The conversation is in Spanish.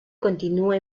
continúa